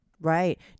Right